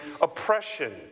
oppression